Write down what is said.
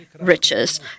riches